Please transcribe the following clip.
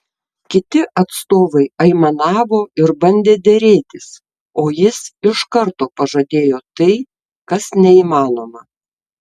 kiti atstovai aimanavo ir bandė derėtis o jis iš karto pažadėjo tai kas neįmanoma